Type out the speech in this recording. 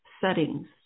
settings